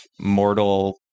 mortal